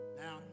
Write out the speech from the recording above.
Now